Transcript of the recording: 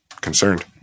concerned